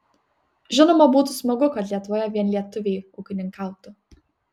žinoma būtų smagu kad lietuvoje vien lietuviai ūkininkautų